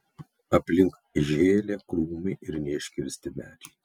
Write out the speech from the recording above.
aplink žėlė krūmai ir neiškirsti medžiai